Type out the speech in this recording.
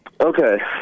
Okay